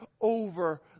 Over